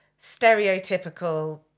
stereotypical